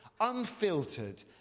unfiltered